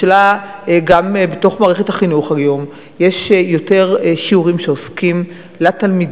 גם בתוך מערכת החינוך היום יש יותר שיעורים לתלמידים,